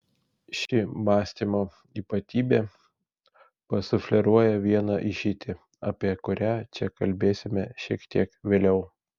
ši mąstymo ypatybė pasufleruoja vieną išeitį apie kurią čia kalbėsime šiek tiek vėliau